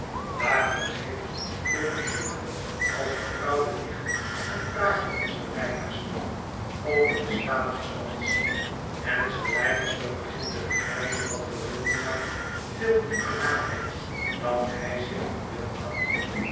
dagelijks heeft volumnia als vertrouwde nicht een praatje met sir leicester over den staat des lands en sir leicester begint te hegrijpen dat volumnia veel dieper nadenkt dan hij zich verbeeld had